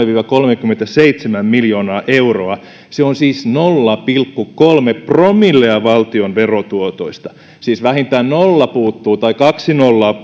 viiva kolmekymmentäseitsemän miljoonaa euroa se on siis nolla pilkku kolme promillea valtion verotuotoista siis vähintään nolla puuttuu tai kaksi nollaa